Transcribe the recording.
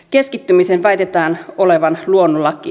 keskittymisen väitetään olevan luonnonlaki